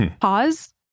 pause